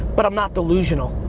but i'm not delusional,